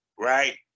Right